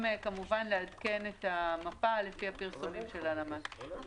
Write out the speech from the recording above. כמובן לעדכן את המפה לפי הפרסומים של הלמ"ס.